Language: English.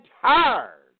tired